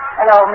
Hello